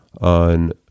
on